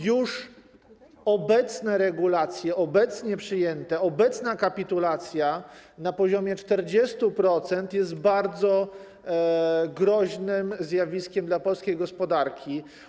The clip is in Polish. Już obecne regulacje, obecnie przyjęte, obecna kapitulacja na poziomie 40% jest bardzo groźnym zjawiskiem dla polskiej gospodarki.